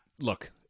look